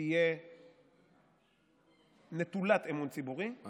תהיה נטולת אמון ציבורי, ובצדק.